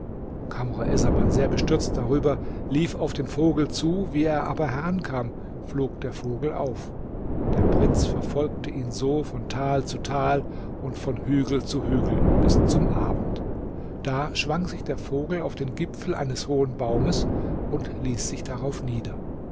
kamr essaman sehr bestürzt darüber lief auf den vogel zu wie er aber herankam flog der vogel auf der prinz verfolgte ihn so von tal zu tal und von hügel zu hügel bis zum abend da schwang sich der vogel auf den gipfel eines hohen baumes und ließ sich darauf nieder